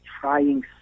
trying